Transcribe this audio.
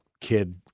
kid